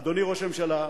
אדוני ראש הממשלה,